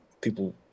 people